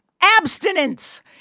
abstinence